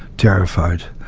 terrified.